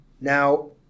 Now